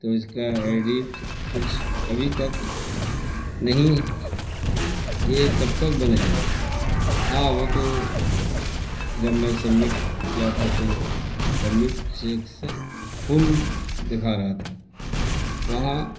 تو اس کا ایڈیٹ کچھ ابھی تک نہیں یہ کب تک بنے گا ہاں وہ تو جب میں سبمٹ کیا تھا تو سبمٹ سیک سے فل دکھا رہا تھا وہاں